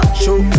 show